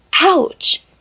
Ouch